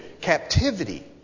captivity